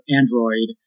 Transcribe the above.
android